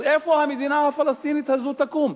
אז איפה המדינה הפלסטינית הזאת תקום?